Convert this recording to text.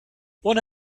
one